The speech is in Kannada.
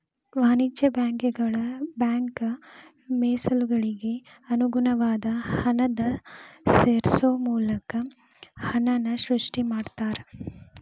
ವಾಣಿಜ್ಯ ಬ್ಯಾಂಕುಗಳ ಬ್ಯಾಂಕ್ ಮೇಸಲುಗಳಿಗೆ ಅನುಗುಣವಾದ ಹಣನ ಸೇರ್ಸೋ ಮೂಲಕ ಹಣನ ಸೃಷ್ಟಿ ಮಾಡ್ತಾರಾ